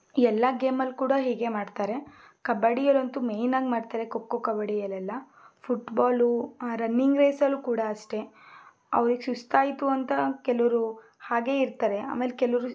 ಎಲ್ಲ ಗೇಮಲ್ಲಿ ಕೂಡ ಹೀಗೆ ಮಾಡ್ತಾರೆ ಕಬಡ್ಡಿಯಲ್ಲಂತೂ ಮೇನ್ ಆಗಿ ಮಾಡ್ತಾರೆ ಖೋ ಖೋ ಕಬಡ್ಡಿಯಲ್ಲೆಲ್ಲ ಫುಟ್ಬಾಲು ಆ ರನ್ನಿಂಗ್ ರೇಸಲ್ಲಿ ಕೂಡ ಅಷ್ಟೇ ಅವರಿಗೆ ಸುಸ್ತಾಯಿತು ಅಂತ ಕೆಲವರು ಹಾಗೆ ಇರ್ತಾರೆ ಆಮೇಲೆ ಕೆಲವರು